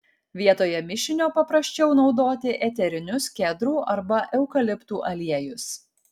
vietoje mišinio paprasčiau naudoti eterinius kedrų arba eukaliptų aliejus